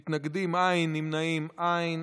מתנגדים, אין, נמנעים, אין.